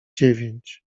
dziewięć